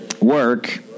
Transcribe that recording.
work